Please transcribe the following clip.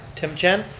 tim chen.